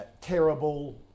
terrible